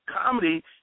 comedy